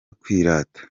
kwirata